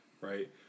Right